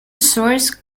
source